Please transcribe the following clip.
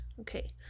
okay